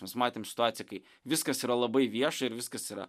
mes matėm situaciją kai viskas yra labai vieša ir viskas yra